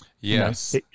Yes